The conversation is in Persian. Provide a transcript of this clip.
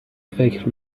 فکر